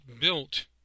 built